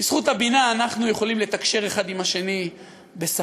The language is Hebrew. בזכות הבינה אנחנו יכולים לתקשר אחד עם השני בשפה,